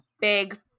big